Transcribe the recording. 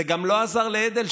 זה גם לא עזר לאדלשטיין,